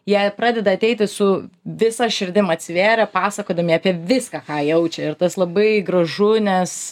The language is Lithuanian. jie pradeda ateiti su visa širdim atsivėrę pasakodami apie viską ką jaučia ir tas labai gražu nes